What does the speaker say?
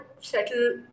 settle